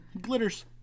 glitters